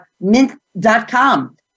Mint.com